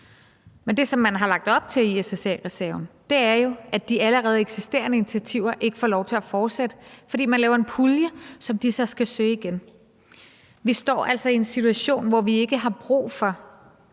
men det, som man har lagt op til med SSA-reserven, er, at de allerede eksisterende initiativer ikke får lov til at fortsætte, fordi man laver en pulje, som de så skal søge igen. Vi står altså i en situation, hvor vi ikke har brug for,